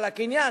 על הקניין,